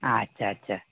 আচ্চা আচ্চা